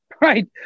Right